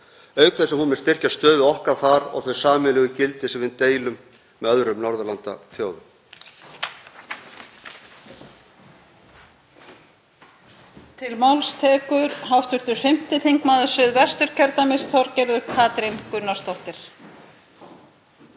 auk þess sem hún mun styrkja stöðu okkar þar og þau sameiginlegu gildi sem við deilum með öðrum Norðurlandaþjóðum.